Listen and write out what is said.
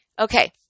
Okay